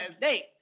date